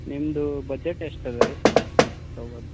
ನಿಮ್ಮದು ಬಜೆಟ್ ಎಷ್ಟು ಅದಾ ರೀ ತಗೋದು